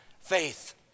faith